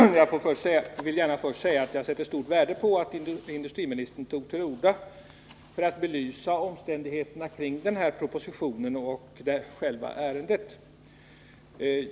Herr talman! Jag vill gärna först säga att jag sätter stort värde på att industriministern tog till orda för att belysa omständigheterna kring den här propositionen och själva ärendet.